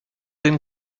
den